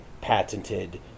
patented